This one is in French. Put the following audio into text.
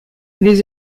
les